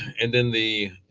and then the